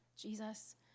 Jesus